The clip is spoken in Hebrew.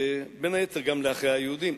בין היתר, גם לאחיה היהודים.